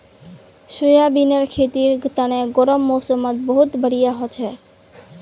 सोयाबीनेर खेतीर तने गर्म मौसमत बहुत बढ़िया हछेक